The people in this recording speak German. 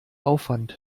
aufwand